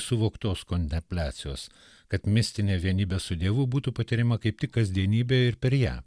suvoktos kontempliacijos kad mistinė vienybė su dievu būtų patiriama kaip tik kasdienybėj ir per ją